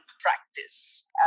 practice